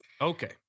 Okay